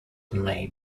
may